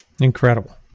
Incredible